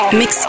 mix